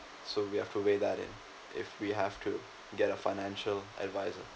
so we have to weigh that in if we have to get a financial adviser